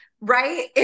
right